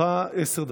לרשותך, עשר דקות.